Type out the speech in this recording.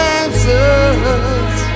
answers